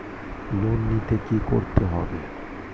Loan নিতে কী করতে হবে?